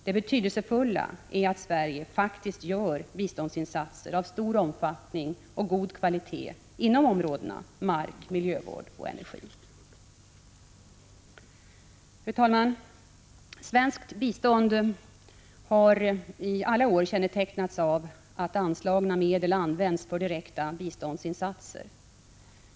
Det betydelsefulla är att Sverige faktiskt gör biståndsinsatser av stor omfattning och god kvalitet inom områdena mark, miljövård och energi. Fru talman! Svenskt bistånd har i alla år kännetecknats av att anslagna medel används för direkta biståndsinsatser.